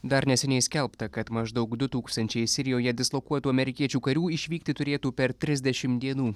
dar neseniai skelbta kad maždaug du tūkstančiai sirijoje dislokuotų amerikiečių karių išvykti turėtų per trisdešim dienų